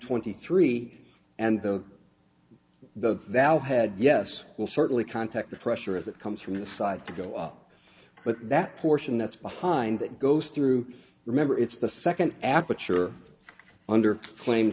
twenty three and the the thou hadst yes it will certainly contact the pressure of that comes from the side to go up but that portion that's behind it goes through remember it's the second aperture under claim